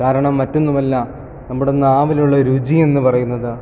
കാരണം മറ്റൊന്നുമല്ല നമ്മുടെ നാവിലുള്ള രുചി എന്ന് പറയുന്നത്